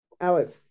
Alex